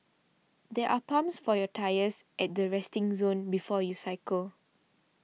there are pumps for your tyres at the resting zone before you cycle